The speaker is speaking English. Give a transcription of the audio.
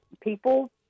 people